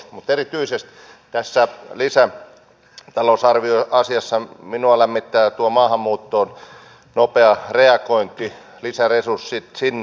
mutta erityisesti tässä lisätalousarvioasiassa minua lämmittää tuo nopea reagointi maahanmuuttoon lisäresurssit sinne